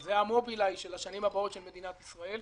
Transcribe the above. זה המובילאיי של השנים הבאות של מדינת ישראל.